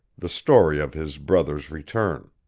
the story of his brother's return.